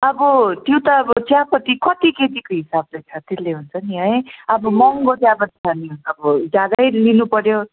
अब त्यो त अब चियापती कति केजीको हिसाबले छ त्यसले हुन्छ नि है अब महँगो चियापती छ भने अब ज्यादै लिनुपऱ्यो